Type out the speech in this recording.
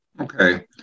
Okay